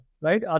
right